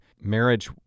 marriage